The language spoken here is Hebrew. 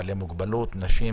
בעלי מוגבלות ונשים